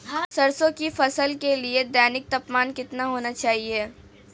सरसों की फसल के लिए दैनिक तापमान कितना होना चाहिए?